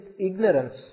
ignorance